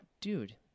Dude